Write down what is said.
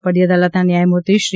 વડી અદાલતના ન્યાયમૂર્તિ શ્રી